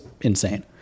insane